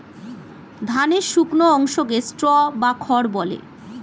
ধানের শুকনো অংশকে স্ট্র বা খড় বলে